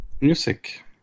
Music